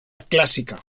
clásica